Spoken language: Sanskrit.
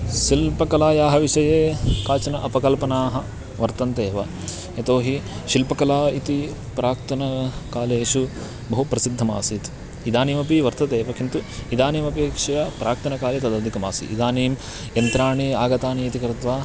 शिल्पकलायाः विषये काचन अपकल्पनाः वर्तन्ते एव यतो हि शिल्पकला इति प्राक्तनकालेषु बहु प्रसिद्धासीत् इदानीमपि वर्तते एव किन्तु इदानीमपेक्षया प्राक्तनकाले तदधिकमासीत् इदानीं यन्त्राणि आगतानि इति कृत्वा